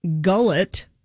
gullet